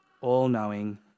all-knowing